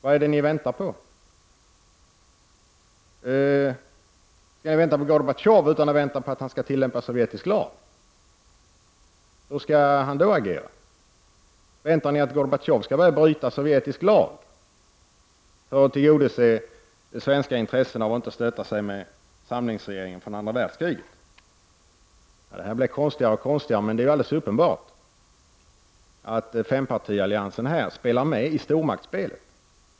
Vad väntar ni på? Skulle jag vänta på att Gorbatjov skall tillämpa sovjetisk lag? Hur skall han då agera? Väntar ni på att Gorbatjov skall börja bryta mot sovjetisk lag för att tillgodose det svenska intresset av att inte stöta sig med samlingsregeringen från andra världskriget? Det här blir konstigare och konstigare. Men det alldeles uppenbart att fempartialliansen spelar med i stormaktsspelet.